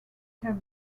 cave